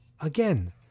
Again